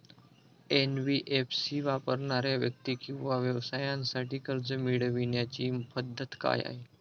NBFC वापरणाऱ्या व्यक्ती किंवा व्यवसायांसाठी कर्ज मिळविण्याची पद्धत काय आहे?